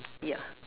ya